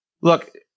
Look